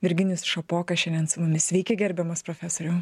virginijus šapoka šiandien su mumis sveiki gerbiamas profesoriau